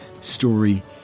story